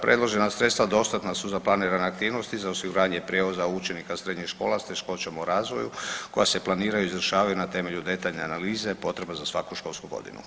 Predložena sredstva dostatna su za planirane aktivnosti za osiguranje prijevoza učenika srednjih škola s teškoćama u razvoju koja se planiraju i izvršavaju na temelju detaljne analize, potrebe za svaku školsku godinu.